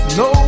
no